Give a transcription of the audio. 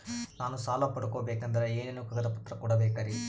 ನಾನು ಸಾಲ ಪಡಕೋಬೇಕಂದರೆ ಏನೇನು ಕಾಗದ ಪತ್ರ ಕೋಡಬೇಕ್ರಿ?